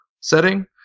setting